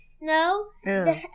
no